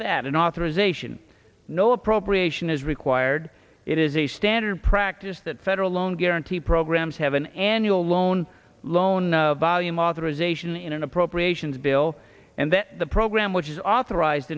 an authorization no appropriation is required it is a standard practice that federal loan guarantee programs have an annual loan loan volume authorization in an appropriations bill and that the program which is authorized